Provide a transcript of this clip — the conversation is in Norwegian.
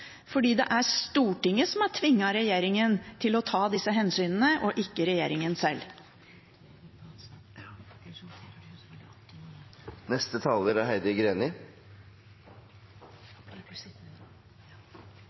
det er Stortinget som har tvunget regjeringen til å ta disse hensynene, og ikke regjeringen